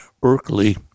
Berkeley